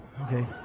Okay